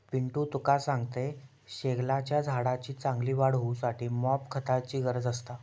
पिंटू तुका सांगतंय, शेगलाच्या झाडाची चांगली वाढ होऊसाठी मॉप खताची गरज असता